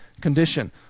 condition